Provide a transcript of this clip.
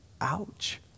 Ouch